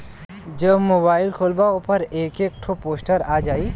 जब मोबाइल खोल्बा ओपर एक एक ठो पोस्टर आ जाई